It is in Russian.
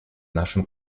нашем